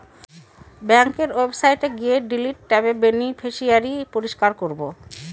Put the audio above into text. ব্যাঙ্কের ওয়েবসাইটে গিয়ে ডিলিট ট্যাবে বেনিফিশিয়ারি পরিষ্কার করাবো